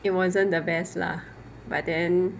it wasn't the best lah but then